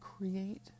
Create